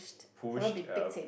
pushed uh